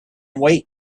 wait